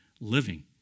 living